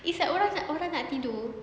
it's like orang nak orang nak tidur